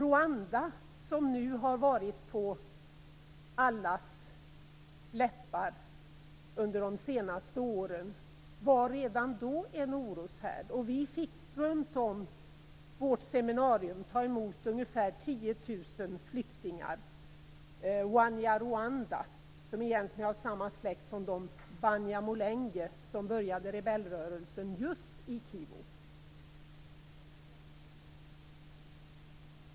Rwanda, som har varit på allas läppar under de senaste åren, var redan då en oroshärd.